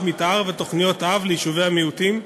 מתאר ותוכניות אב ליישובי המיעוטים,